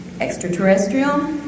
Extraterrestrial